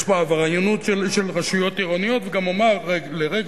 יש פה עבריינות של רשויות עירוניות, וגם אומר לרגע